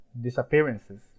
disappearances